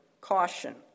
caution